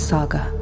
Saga